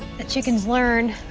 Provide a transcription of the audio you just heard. the chickens learn